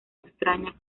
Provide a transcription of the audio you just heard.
extraña